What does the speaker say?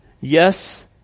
Yes